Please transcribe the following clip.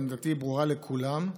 עמדתי ברורה לכולם.